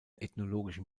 ethnologischen